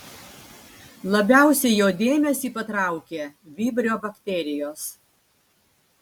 labiausiai jo dėmesį patraukė vibrio bakterijos